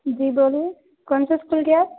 جی بولیے کون سے اسکول کے آپ